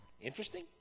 Interesting